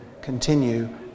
continue